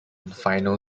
final